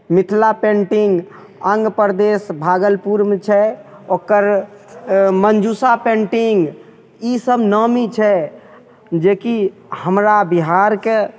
Mithila painting Anga प्रदेश भागलपुरमे छै ओकर मंजूषा पेन्टिंग ई सब नामी छै जेकि हमरा बिहारके